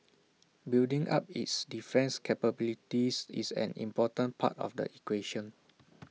building up its defence capabilities is an important part of the equation